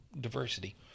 diversity